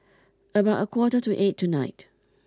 about a quarter to eight tonight